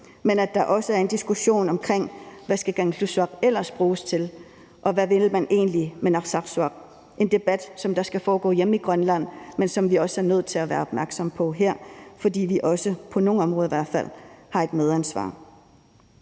men at der også er en diskussion omkring, hvad Kangerlussuaq ellers skal bruges til, og hvad man egentlig vil med Narsarsuaq. Det er en debat, som skal foregå hjemme i Grønland, men som vi også er nødt til at være opmærksomme på her, fordi vi i hvert fald også på nogle områder har et medansvar.